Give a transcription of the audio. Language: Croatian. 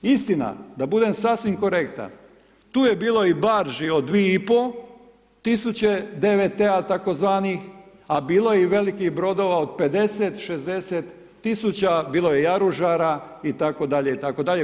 Istina, da budem sasvim korektan, tu je bilo i barži od 2,5 tisuće DVT-a tzv, a bilo je velikih brodova od 50-60 tisuća, bilo je i jaružara, itd. itd.